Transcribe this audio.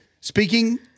speaking